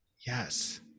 Yes